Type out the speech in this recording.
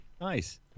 Nice